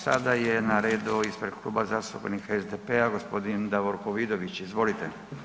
Sada je na redu ispred Kluba zastupnika SDP-a g. Davorko Vidović, izvolite.